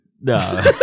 No